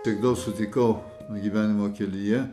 tiek daug sutikau gyvenimo kelyje